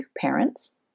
parents